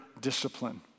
discipline